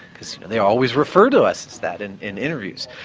because they always referred to us as that in in interviews.